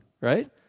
right